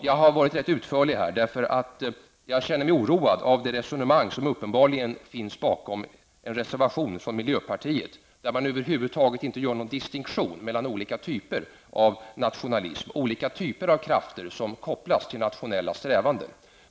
Jag har varit ganska utförlig därför att jag känner mig oroad över det resonemang som uppenbarligen finns bakom en reservation från miljöpartiet, där man över huvud taget inte gör någon distinktion mellan olika typer av nationalism, olika typer av krafter som kopplas till nationella strävanden.